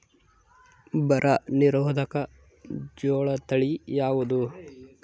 ಬರ ನಿರೋಧಕ ಜೋಳ ತಳಿ ಯಾವುದು?